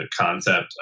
concept